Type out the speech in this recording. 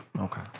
Okay